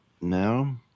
no